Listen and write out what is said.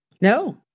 No